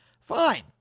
Fine